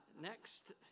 Next